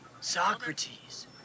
Socrates